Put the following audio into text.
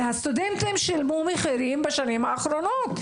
והסטודנטים שילמו מחירים גבוהים בשנים האחרונות.